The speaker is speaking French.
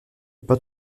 pas